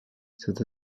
cette